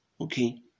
Okay